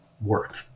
work